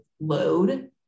load